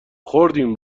خوردیم